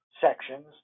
sections